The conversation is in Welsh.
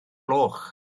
gloch